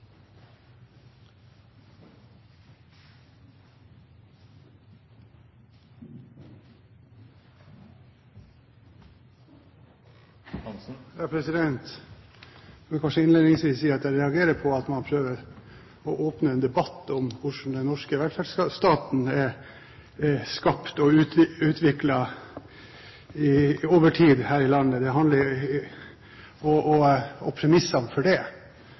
Jeg vil kanskje innledningsvis si at jeg reagerer på at man prøver å åpne en debatt om hvordan den norske velferdsstaten er skapt og utviklet over tid her i landet, premissene for det og den private delen av helsesektorens bidrag i så måte. Det